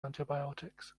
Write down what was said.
antibiotics